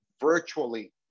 virtually